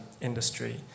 industry